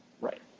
Right